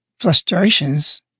frustrations